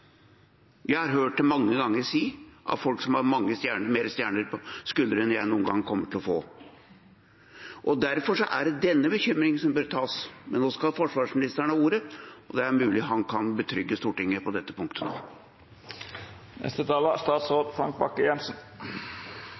Jeg har hørt det sagt mange ganger, av folk som har mange flere stjerner på skuldrene enn det jeg noen gang kommer til å få. Derfor er det denne bekymringen som bør tas på alvor. Men nå skal forsvarsministeren ha ordet, og det er mulig han kan betrygge Stortinget på dette punktet.